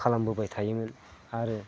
खालामबोबाय थायोमोन आरो